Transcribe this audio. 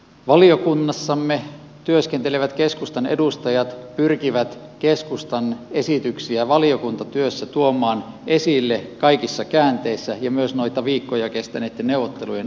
valiokunnassa työskentelevät keskustan edustajat pyrkivät keskustan esityksiä valiokuntatyössä tuomaan esille kaikissa käänteissä ja myös noitten viikkoja kestäneitten neuvottelujen aikana